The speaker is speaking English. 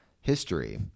History